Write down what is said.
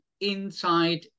inside